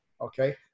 okay